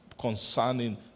concerning